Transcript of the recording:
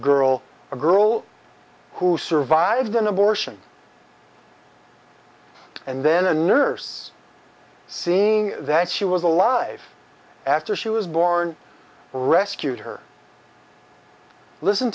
girl or girl who survived an abortion and then a nurse saying that she was alive after she was born rescued her listen